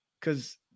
Cause